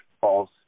false